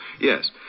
Yes